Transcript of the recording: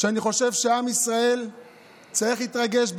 שבו אני חושב שעם ישראל צריך להתרגש.